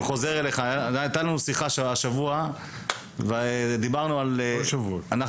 הייתה לנו שיחה השבוע ודיברנו על זה